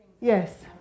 Yes